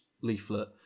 leaflet